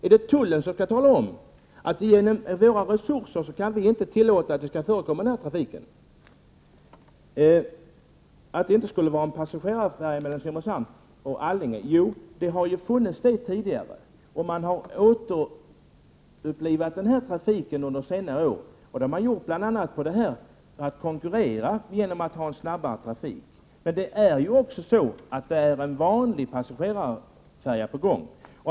Är det tullen som skall tala om att man på grund av sina begränsade resurser inte kan tillåta att den här trafiken förekommer? Här har sagts att det inte skulle vara en passagerarfärja mellan Simrishamn och Allinge. Jo, det har funnits tidigare, och man har under senare år återupplivat den trafiken. Det har man gjort bl.a. genom att konkurrera med att ha en snabbare trafik. Men också en vanlig passagerarfärja är på gång.